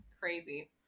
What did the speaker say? crazy